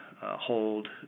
hold